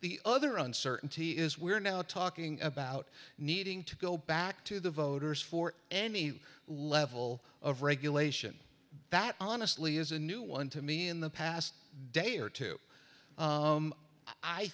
the other uncertainty is we're now talking about needing to go back to the voters for any level of regulation that honestly is a new one to me in the past day or two